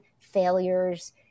failures